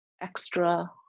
extra